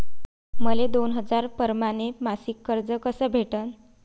मले दोन हजार परमाने मासिक कर्ज कस भेटन?